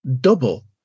double